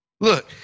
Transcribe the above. Look